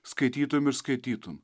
skaitytum ir skaitytum